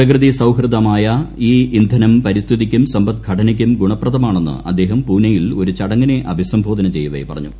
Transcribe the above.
പ്രകൃതിസൌഹാർദ്ദമായ ഈ ഇന്ധനം പരിസ്ഥിതിക്കും സമ്പദ്ഘടനയ്ക്കും ഗുണപ്രദമാണെന്ന് അദ്ദേഹം പൂനെയിൽ ഒരു ചടങ്ങിനെ അഭിസംബോധന ചെയ്യവേ പറഞ്ഞു